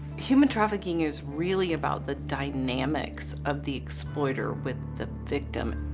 human trafficking is really about the dynamics of the exploiter with the victim.